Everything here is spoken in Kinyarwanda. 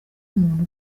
umuntu